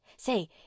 Say